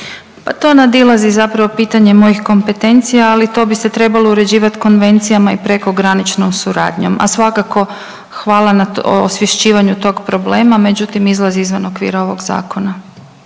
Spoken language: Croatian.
Pa to nadilazi zapravo pitanje mojih kompetencija, ali to bi se trebalo uređivat konvencijama i prekograničnom suradnjom, a svakako hvala na osvješćivanju tog problema, međutim izlazi izvan okvira ovog zakona.